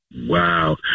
Wow